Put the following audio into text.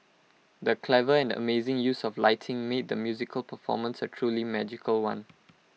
the clever and amazing use of lighting made the musical performance A truly magical one